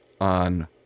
on